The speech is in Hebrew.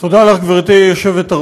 תודה לך, גברתי היושבת-ראש.